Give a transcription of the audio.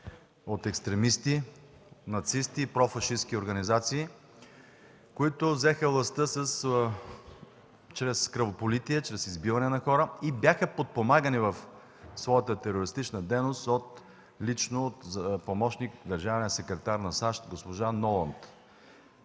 от екстремисти, нацисти и профашистки организации, които взеха властта чрез кръвопролитие, чрез избиване на хора и бяха подпомагани в своята терористична дейност лично от помощник държавния секретар на САЩ госпожа Ноланд,